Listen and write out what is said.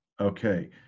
Okay